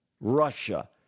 Russia